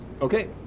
okay